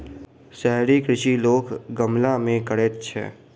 शहरी कृषि लोक गमला मे करैत छै